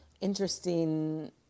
interesting